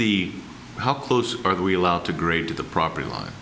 the how close are we allowed to great to the property line